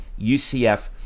UCF